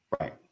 right